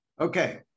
okay